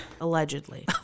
Allegedly